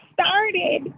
started